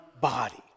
body